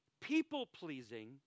people-pleasing